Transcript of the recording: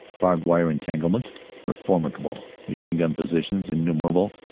barbed wire entanglements were formidable, machine gun positions innumerable,